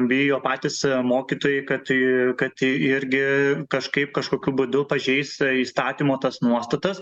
bijo patys mokytojai kad tai kad tai irgi kažkaip kažkokiu būdu pažeis įstatymo tas nuostatas